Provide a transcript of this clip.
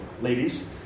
ladies